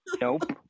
nope